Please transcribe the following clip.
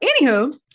Anywho